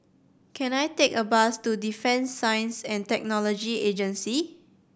can I take a bus to Defence Science And Technology Agency